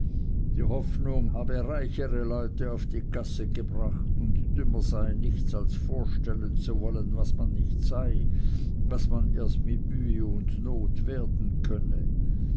die hoffart habe reichere leute auf die gasse gebracht und dümmer sei nichts als vorstellen zu wollen was man nicht sei was man erst mit mühe und not werden könne